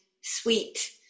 sweet